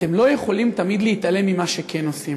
אתם לא יכולים תמיד להתעלם ממה שכן עושים.